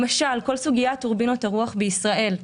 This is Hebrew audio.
למשל כל סוגיית טורבינות הרוח בישראל,